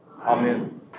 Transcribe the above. Amen